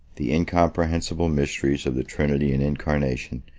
the incomprehensible mysteries of the trinity and incarnation,